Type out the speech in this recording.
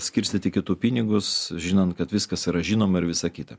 skirstyti kitų pinigus žinant kad viskas yra žinoma ir visa kita